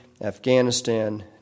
Afghanistan